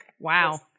Wow